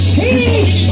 peace